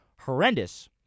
horrendous